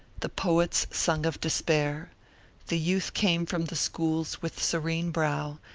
the poets sung of despair the youth came from the schools with serene brow,